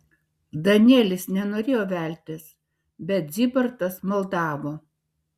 danielis nenorėjo veltis bet zybartas maldavo